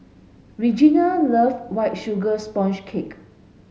Regena love white sugar sponge cake